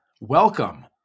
welcome